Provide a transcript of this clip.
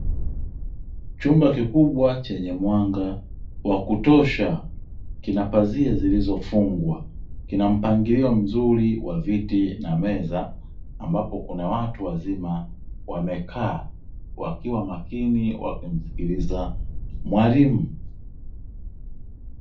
Chumba kikubwa chenye mwanga wa kutosha kina pazia zilizofungwa, kina mpangilio mzuri wa viti na meza ambapo kuna watu wazima wamekaa wakiwa makini wakimsikiliza mwalimu.